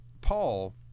Paul